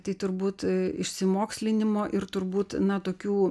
tai turbūt išsimokslinimo ir turbūt na tokių